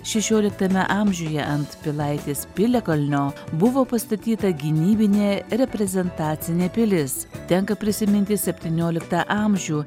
šešioliktame amžiuje ant pilaitės piliakalnio buvo pastatyta gynybinė reprezentacinė pilis tenka prisiminti septynioliktą amžių